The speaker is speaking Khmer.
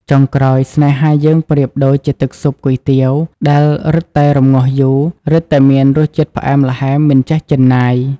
ចុងក្រោយ ស្នេហាយើងប្រៀបដូចជាទឹកស៊ុបគុយទាវ ដែលរិតតែរំងាស់យូរ រិតតែមានរសជាតិផ្អែមល្ហែមមិនចេះជិនណាយ។